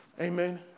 Amen